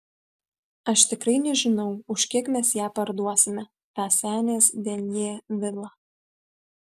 aš tikrai nežinau už kiek mes ją parduosime tą senės denjė vilą